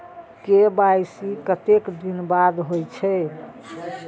KYC कतेक दिन बाद होई छै?